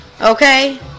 Okay